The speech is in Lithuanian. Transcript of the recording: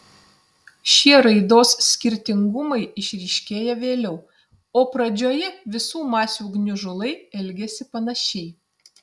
šie raidos skirtingumai išryškėja vėliau o pradžioje visų masių gniužulai elgiasi panašiai